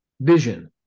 vision